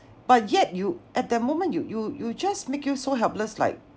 but yet you at that moment you you you just make you so helpless like